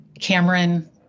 Cameron